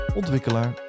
ontwikkelaar